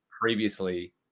Previously